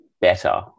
better